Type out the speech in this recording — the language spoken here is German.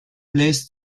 bläst